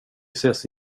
ses